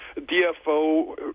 DFO